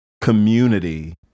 community